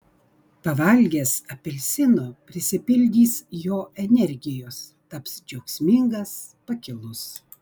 pavalgęs apelsino prisipildys jo energijos taps džiaugsmingas pakilus